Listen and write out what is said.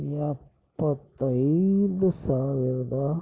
ಎಪ್ಪತ್ತೈದು ಸಾವಿರದ